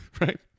Right